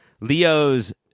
Leo's